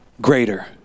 greater